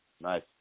Nice